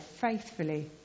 faithfully